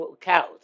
cows